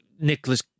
Nicholas